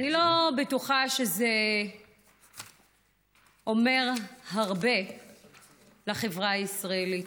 בטוחה שזה אומר הרבה לחברה הישראלית.